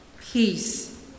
Peace